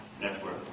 network